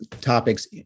topics